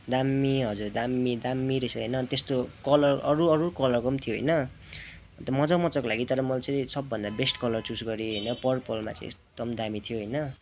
दामी हजुर दामी दामी रहेछ होइन त्यस्तो कलर अरू अरू कलरको पनि थियो होइन अन्त मजा मजाको लाग्यो तर मैले चाहिँ सबभन्दा बेस्ट कलर चुज गरेँ होइन पर्पलमा चाहिँ एकदम दामी थियो होइन